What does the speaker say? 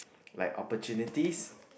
like opportunities